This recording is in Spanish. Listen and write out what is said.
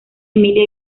emilia